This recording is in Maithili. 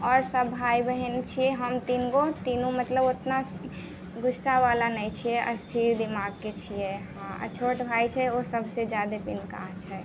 आओर सब भाइ बहिन छिए हम तीनगो तीनो मतलब उतना गुस्सावला नहि छिए स्थिर दिमागके छिए छोट भाइ छै ओ सबसँ ज्यादा पिनकाह छै